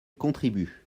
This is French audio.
contribue